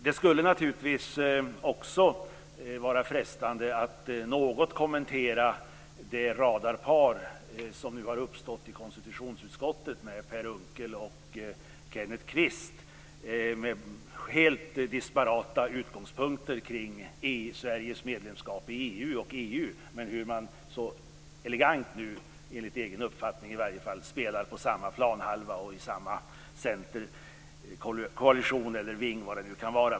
Det skulle naturligtvis vara frestande att något kommentera det radarpar som nu har uppstått i konstitutionsutskottet - Per Unckel och Kenneth Kvist, med helt disparata utgångspunkter vad gäller Sveriges medlemskap i EU och EU så att säga. Men elegant spelar man nu, i varje fall enligt egen uppfattning, spelar de nu på samma planhalva och i samma centerkoalition, eller ving eller vad det nu kan vara.